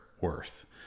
worth